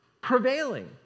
prevailing